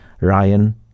Ryan